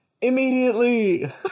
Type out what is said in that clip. Immediately